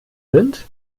sind